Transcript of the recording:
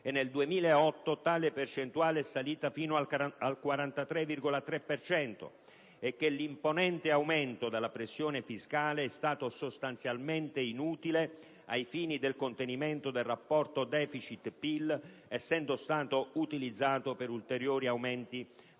e nel 2008 tale quota è salita fino al 43,3 per cento e che l'imponente aumento della pressione fiscale è stato sostanzialmente inutile ai fini del contenimento del rapporto deficit-PIL, essendo stato utilizzato per ulteriori aumenti